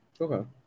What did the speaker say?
Okay